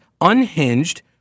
unhinged